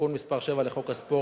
תיקון מס' 7 לחוק הספורט